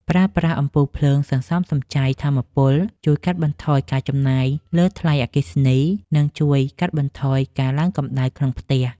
ប្រើប្រាស់អំពូលភ្លើងសន្សំសំចៃថាមពលជួយកាត់បន្ថយការចំណាយលើថ្លៃអគ្គិសនី និង ជួយកាត់បន្ថយការឡើងកម្ដៅក្នុងផ្ទះ។